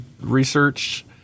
research